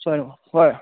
ছয় নম্বৰ হয়